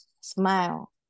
smile